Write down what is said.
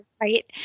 Right